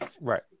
Right